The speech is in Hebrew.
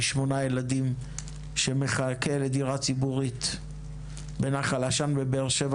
שמונה ילדים שמחכה לדירה ציבורית בנחל עשן בבאר שבע,